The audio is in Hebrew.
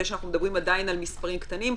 שאנחנו מדברים עדיין על מספרים קטנים,